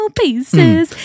pieces